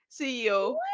CEO